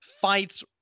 fights